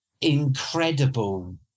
incredible